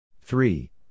Three